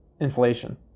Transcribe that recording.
inflation